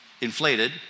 inflated